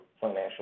financial